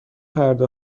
پرده